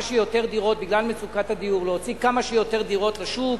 בגלל מצוקת הדיור, להוציא כמה שיותר דירות לשוק,